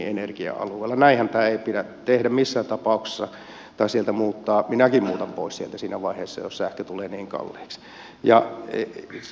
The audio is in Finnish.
näinhän tätä ei pidä tehdä missään tapauksessa tai sieltä muuttaa minäkin muutan pois sieltä siinä vaiheessa jos sähkö tulee niin kalliiksi